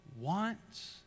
wants